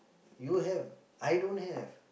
you have I don't have